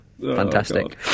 Fantastic